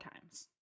times